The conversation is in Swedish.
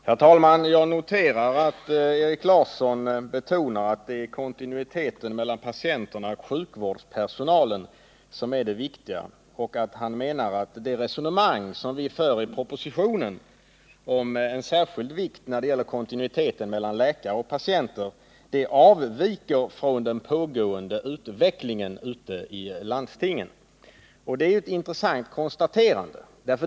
Herr talman! Jag noterar att Erik Larsson betonar att det är kontinuiteten mellan patienterna och sjukvårdspersonalen som är det viktiga och att han menar att det resonemang som förs i propositionen om vikten av kontinuitet mellan läkare och patienter avviker från den pågående utvecklingen ute i landstingen. Det är ett intressant konstaterande.